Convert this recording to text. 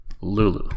lulu